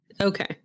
Okay